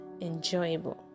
enjoyable